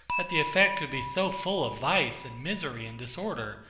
that the effect could be so full of vice and misery and disorder,